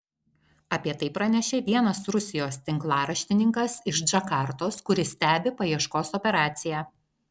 apie tai pranešė vienas rusijos tinklaraštininkas iš džakartos kuris stebi paieškos operaciją